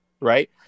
Right